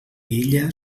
ella